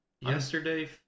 yesterday